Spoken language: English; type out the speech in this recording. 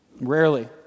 Rarely